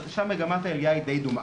שם מגמת העלייה היא די דומה.